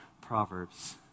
Proverbs